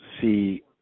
see